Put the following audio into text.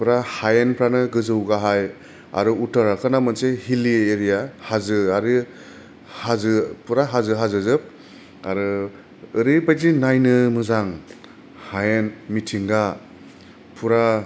पुरा हायेनफ्रानो गोजौ गाहाय आरो उत्तराखन्दा मोनसे हिली एरिया हाजो आरि हाजो पुरा हाजो हाजोजोब आरो ओरैबायदि नायनो मोजां हायेन मिथिंगा फुरा